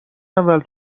اول